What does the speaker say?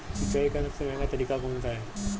सिंचाई का सबसे महंगा तरीका कौन सा है?